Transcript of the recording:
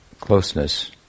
closeness